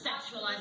sexualized